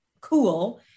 cool